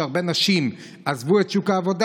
שהרבה נשים עזבו בה את שוק העבודה.